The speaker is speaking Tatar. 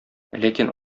ләкин